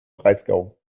breisgau